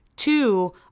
Two